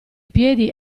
piedi